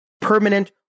permanent